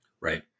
Right